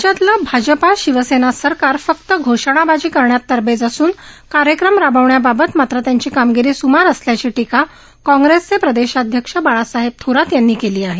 राज्यातलं भाजपा शिवसेना सरकार फक्त घोषणाबाजी करण्यात तरबेज असून कार्यक्रम राबवण्याबाबत मात्र त्यांची कामगिरी सुमार असल्याची टीका काँप्रेसचे प्रदेशाध्यक्ष बाळासाहेब थोरात यांनी केली आहे